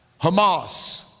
Hamas